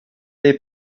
dig